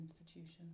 institution